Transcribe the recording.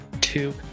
two